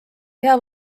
hea